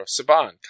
Saban